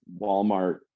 Walmart